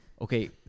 okay